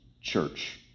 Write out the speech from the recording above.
church